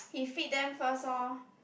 he feed them first loh